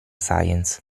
science